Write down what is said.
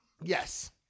Yes